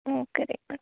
ಹ್ಞೂ ಕರೆಕ್ಟ್